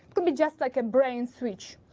could be just like a brain switch.